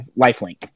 lifelink